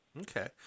okay